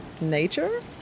Nature